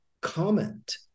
comment